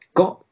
got